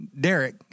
Derek